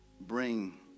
bring